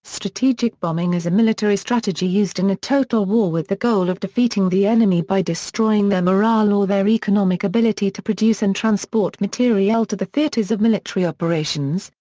strategic bombing is a military strategy used in a total war with the goal of defeating the enemy by destroying their morale or their economic ability to produce and transport materiel to the theatres of military operations,